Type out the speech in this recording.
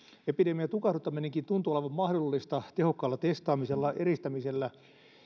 epidemian tukahduttaminenkin tuntuu olevan mahdollista tehokkaalla testaamisella ja eristämisellä